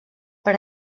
per